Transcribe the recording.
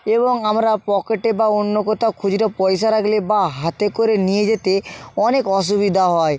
এবং আমরা পকেটে বা অন্য কোথাও খুচরো পয়সা রাখলে বা হাতে করে নিয়ে যেতে অনেক অসুবিধা হয়